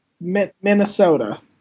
Minnesota